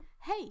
Hey